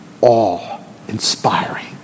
awe-inspiring